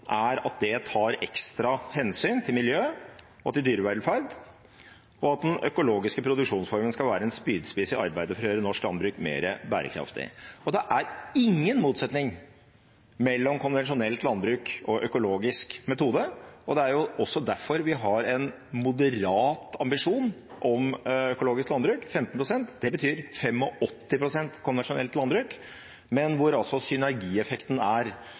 er at det tar ekstra hensyn til miljø og til dyrevelferd, og at den økologiske produksjonsformen skal være en spydspiss i arbeidet for å gjøre norsk landbruk mer bærekraftig. Det er ingen motsetning mellom konvensjonelt landbruk og økologisk metode, og det er også derfor vi har en moderat ambisjon om økologisk landbruk, 15 pst. – det betyr 85 pst. konvensjonelt landbruk. Men synergieffekten er at økologisk metodikk og økologisk tenkning også er